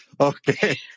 Okay